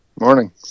Morning